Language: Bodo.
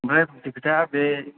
ओमफ्राय फंसे खोथाया बे